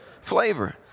flavor